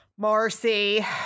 marcy